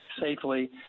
safely